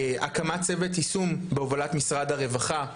הקמת צוות יישום בהובלת משרד הרווחה,